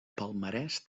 palmarès